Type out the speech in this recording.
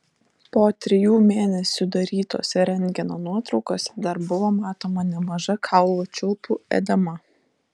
po trijų mėnesių darytose rentgeno nuotraukose dar buvo matoma nemaža kaulų čiulpų edema